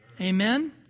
Amen